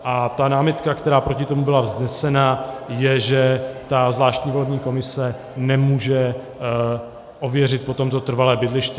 A ta námitka, která proti tomu byla vznesena, je, že ta zvláštní volební komise nemůže ověřit potom trvalé bydliště.